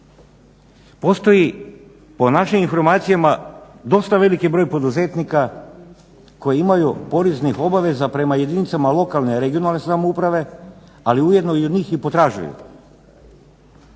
Postoji po našim informacijama dosta veliki broj poduzetnika koji imaju poreznih obaveza prema jedinicama lokalne i regionalne samouprave, ali ujedno i od njih potražuju.